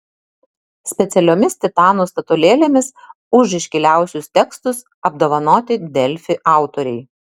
specialiomis titanų statulėlėmis už iškiliausius tekstus apdovanoti delfi autoriai